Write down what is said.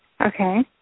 Okay